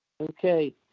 Okay